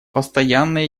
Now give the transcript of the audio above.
постоянная